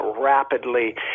rapidly